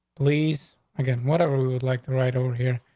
please again, whatever we would like to right over here,